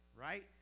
Right